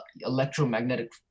electromagnetic